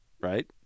right